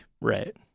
Right